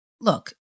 Look